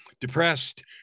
depressed